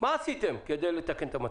מה עשיתם כדי לתקן את המצב?